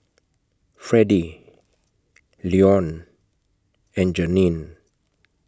Freddy Leone and Jeannine